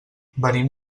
venim